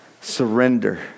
surrender